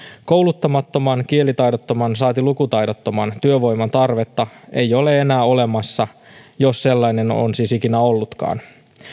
kouluttamattoman kielitaidottoman saati lukutaidottoman työvoiman tarvetta ei ole enää olemassa jos sellainen on siis ikinä ollutkaan